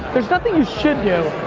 there's nothing you should do,